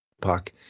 puck